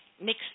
mixed